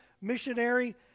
missionary